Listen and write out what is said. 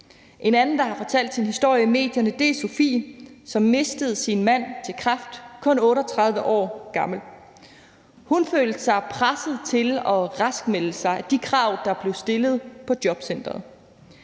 En anden, der har fortalt sin historie i medierne, er Sofie, som mistede sin mand til kræft, da han kun var 38 år gammel. Hun følte sig presset til at raskmelde sig på grund af de krav, der blev stillet på jobcenteret.